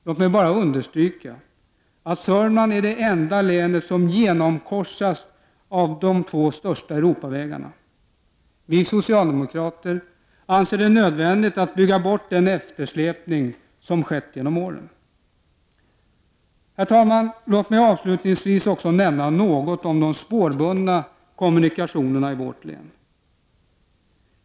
Låt mig bara understryka att Södermanland är det enda län som genomkorsas av de två största Europavä garna. Vi socialdemokrater anser det nödvändigt att bygga bort den eftersläpning som skett genom åren. Herr talman! Låt mig avslutningsvis också nämna något av de spårbundna kommunikationerna i vårt län.